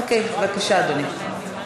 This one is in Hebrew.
אוקיי, בבקשה, אדוני.